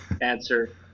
answer